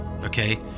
Okay